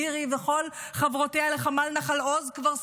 לירי וכל חברותיה לחמ"ל נחל עוז כבר סמלות,